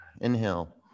Inhale